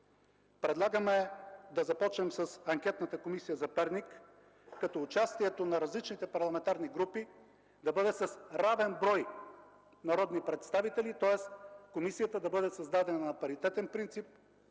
Предлагаме да започнем с анкетната комисия за Перник, като участието на различните парламентарни групи да бъде с равен брой народни представители, тоест комисията да бъде създадена на паритетен принцип